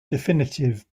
definitive